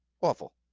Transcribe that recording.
Awful